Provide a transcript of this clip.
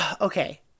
Okay